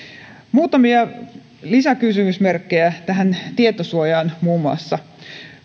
muutamia lisäkysymysmerkkejä tähän tietosuojaan muun muassa